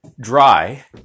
dry